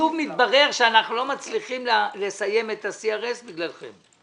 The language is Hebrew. שוב מתברר שאנחנו לא מצליחים לסיים את ה-CRS בגללכם.